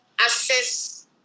access